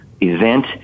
event